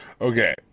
Okay